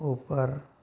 ऊपर